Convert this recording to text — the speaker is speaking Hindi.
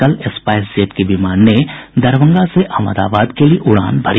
कल स्पाईस जेट के विमान ने दरभंगा से अहमदाबाद के लिए उड़ान भरी